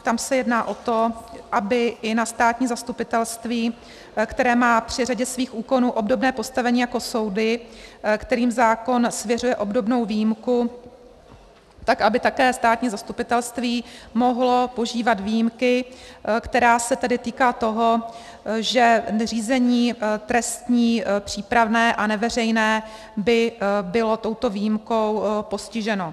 Tam se jedná o to, aby i na státní zastupitelství, které má při řadě svých úkonů obdobné postavení jako soudy, kterým zákon svěřuje obdobnou výjimku, tak aby také státní zastupitelství mohlo požívat výjimky, která se tady týká toho, že řízení trestní, přípravné a neveřejné by bylo touto výjimkou postiženo.